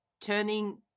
turning